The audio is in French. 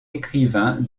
écrivain